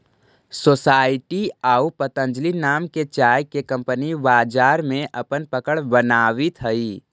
society आउ पतंजलि नाम के चाय के कंपनी बाजार में अपन पकड़ बनावित हइ